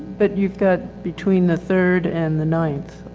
but you've got between the third and the ninth,